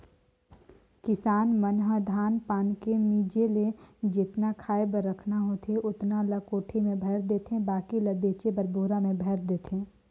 किसान मन ह धान पान के मिंजे ले जेतना खाय बर रखना होथे ओतना ल कोठी में भयर देथे बाकी ल बेचे बर बोरा में भयर देथे